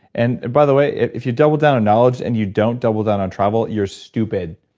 and by the way, if you double down on knowledge and you don't double down on travel you're stupid.